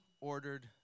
ordered